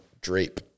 drape